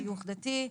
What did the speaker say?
שיוך דתי וכו'.